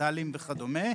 מט"לים וכדומה.